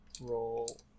Roll